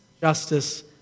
justice